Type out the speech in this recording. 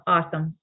Awesome